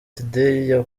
today